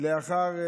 לאחר,